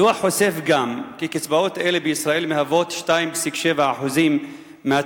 הדוח חושף גם כי קצבאות אלה בישראל מהוות 2.7% מהתל"ג,